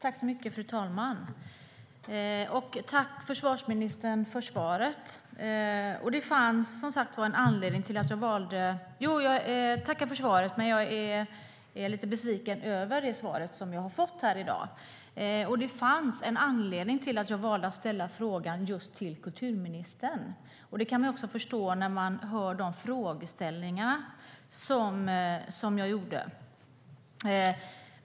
Fru talman! Tack, försvarsministern, för svaret, men jag är lite besviken över det svar som jag har fått. Det fanns en anledning till att jag valde att ställa frågan just till kulturministern. Det kan man förstå när man hör de frågeställningar som jag tog upp.